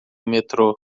metrô